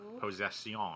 possession